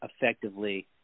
effectively